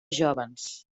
jóvens